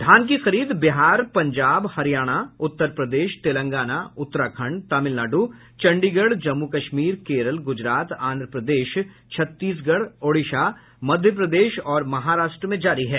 धान की खरीद बिहार पंजाब हरियाणा उत्तर प्रदेश तेलंगाना उत्तराखंड तमिलनाडु चंडीगढ़ जम्मू कश्मीर केरल गुजरात आंध्र प्रदेश छत्तीसगढ़ ओडिशा मध्य प्रदेश और महाराष्ट्र में जारी है